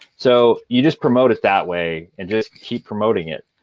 so you just promote it that way, and just keep promoting it.